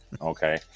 okay